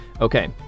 Okay